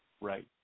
Right